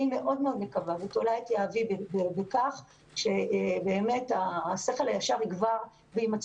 אני מקווה מאוד ותולה את יהבי בכך שהשכל הישר יגבר ויימצא